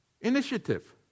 Initiative